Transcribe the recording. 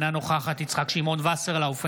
אינה נוכחת יצחק שמעון וסרלאוף,